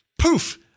poof